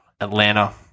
Atlanta